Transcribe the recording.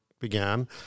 began